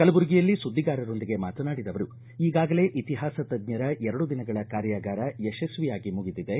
ಕಲಬುರಗಿಯಲ್ಲಿ ಸುದ್ದಿಗಾರರೊಂದಿಗೆ ಮಾತನಾಡಿದ ಅವರು ಈಗಾಗಲೇ ಇತಿಹಾಸ ತಜ್ಞರ ಎರಡು ದಿನಗಳ ಕಾರ್ಯಾಗಾರ ಯಶಸ್ವಿಯಾಗಿ ಮುಗಿದಿದೆ